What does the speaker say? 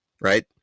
right